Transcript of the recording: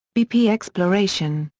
bp exploration,